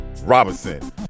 Robinson